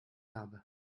habe